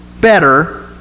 better